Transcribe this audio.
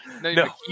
No